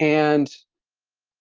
and